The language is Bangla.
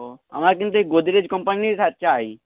ও আমার কিন্তু এই গোদরেজ কোম্পানির চাই